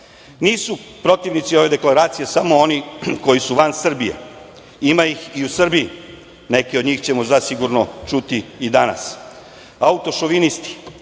protivnici ove deklaracije samo oni koji su van Srbije, ima ih i u Srbiji. Neke od njih ćemo zasigurno čuti i danas. Autošovinisti,